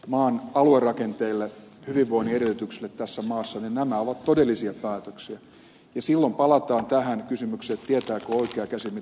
maan aluerakenteelle hyvinvoinnin edellytyksille tässä maassa nämä ovat todellisia päätöksiä ja silloin palataan tähän kysymykseen tietääkö oikea käsi sitä mitä vasen käsi on jo tehnyt